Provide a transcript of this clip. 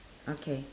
okay